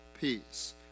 peace